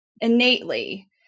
innately